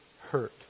hurt